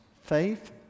faith